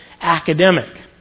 academic